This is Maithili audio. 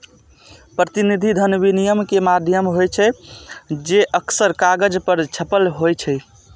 प्रतिनिधि धन विनिमय के माध्यम होइ छै, जे अक्सर कागज पर छपल होइ छै